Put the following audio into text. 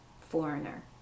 foreigner